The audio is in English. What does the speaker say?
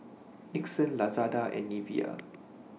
Nixon Lazada and Nivea